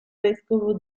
vescovo